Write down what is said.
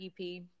EP